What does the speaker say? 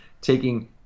taking